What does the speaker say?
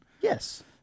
yes